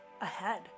ahead